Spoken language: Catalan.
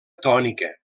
tònica